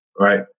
Right